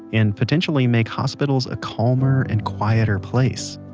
and potentially make hospitals a calmer, and quieter place.